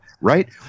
right